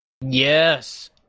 Yes